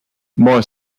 more